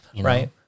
Right